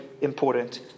important